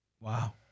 Wow